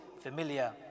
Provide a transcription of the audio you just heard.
familiar